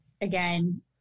again